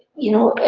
you know,